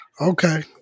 Okay